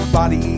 Body